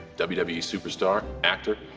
wwe wwe superstar, actor,